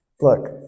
look